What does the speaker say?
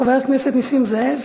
חבר הכנסת נסים זאב,